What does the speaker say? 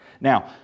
Now